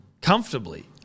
comfortably